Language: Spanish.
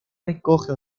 recoge